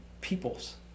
peoples